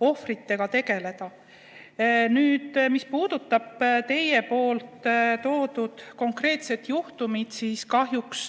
ohvritega tegelda. Nüüd, mis puudutab teie toodud konkreetset juhtumit, siis kahjuks